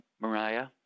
Mariah